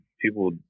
people